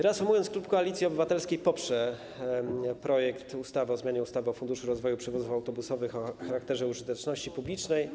Reasumując, klub Koalicji Obywatelskiej poprze projekt ustawy o zmianie ustawy o Funduszu rozwoju przewozów autobusowych o charakterze użyteczności publicznej.